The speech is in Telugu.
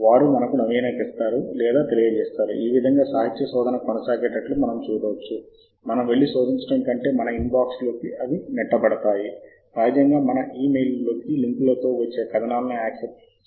మరియు మీరు మిక్ టెక్స్ అనే సాఫ్ట్వేర్ను ఇన్స్టాల్ చేస్తే ఇది విండోస్పై ఉచితంగా లభించే లాటెక్స్ సాఫ్ట్వేర్ అప్పుడు ఇది టెక్స్కు ఎడిటర్ అయిన లాటెక్స్ రచనలను కూడా ఇన్స్టాల్ చేస్తుంది ఫైల్లు మరియు బిబ్ ఫైల్ టెక్స్వర్క్స్లో ఇలా ఉంటాయి